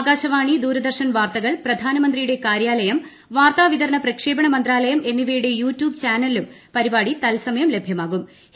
ആകാശവാണി ദൂരദർശൻ വാർത്തകൾ പ്രധാനമന്ത്രിയുടെ കാര്യാലയം വാർത്താ വിതരണ പ്രക്ഷേപണ മന്ത്രാലയം എന്നിവയുടെ യൂട്യൂബ് ചാനലിലൂം പരിപാടി തത്സമയം ലഭ്യമാകൂം